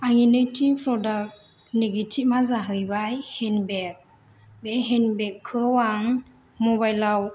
आंनि नैथि प्रदाग नेगेतिमा जाहैबाय हेनबेग बे हेन बेगखौ आं मबाइलाव